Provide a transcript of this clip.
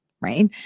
right